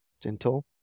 gentle